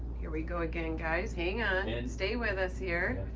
here we go again, guys, hang on, and stay with us here.